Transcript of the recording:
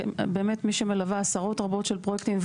כבאמת מי שמלווה עשרות רבות של פרויקטים,